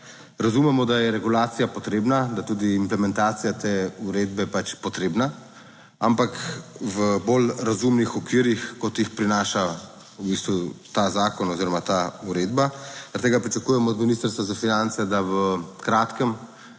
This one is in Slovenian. Razumemo, da je regulacija potrebna, da tudi implementacija te uredbe potrebna, ampak v bolj razumnih okvirih kot jih prinaša v bistvu ta zakon oziroma ta uredba. Zaradi tega pričakujemo od Ministrstva za finance, da v kratkem